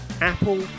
Apple